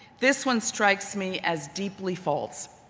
this one strikes me as deeply false.